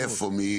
מאיפה?